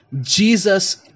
Jesus